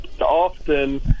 often